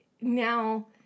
Now